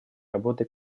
работы